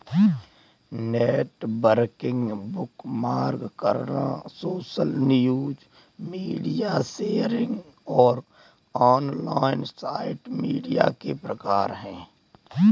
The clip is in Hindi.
नेटवर्किंग, बुकमार्क करना, सोशल न्यूज, मीडिया शेयरिंग और ऑनलाइन साइट मीडिया के प्रकार हैं